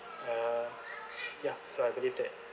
err yeah so I believe that